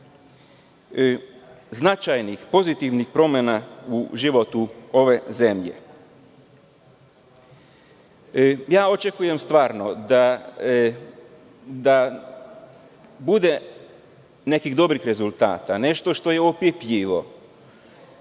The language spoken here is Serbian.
značajnih, pozitivnih promena u životu ove zemlje. Očekujem da bude nekih dobrih rezultata, nešto što je opipljivo